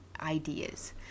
ideas